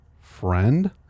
friend